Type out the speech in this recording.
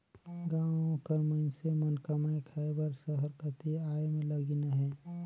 गाँव कर मइनसे मन कमाए खाए बर सहर कती आए में लगिन अहें